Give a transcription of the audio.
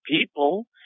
people